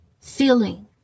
feeling